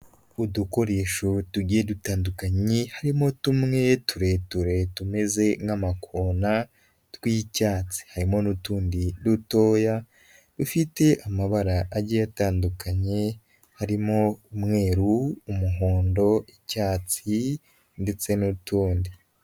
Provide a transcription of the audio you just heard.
Udukoresho tugiye dutandukanye harimo tumwe tureture tumeze nk'amakona tw'icyatsi, harimo n'utundi dutoya bifite amabara agiye atandukanye harimo: umweru, umuhondo, icyatsi ndetse n'utundi.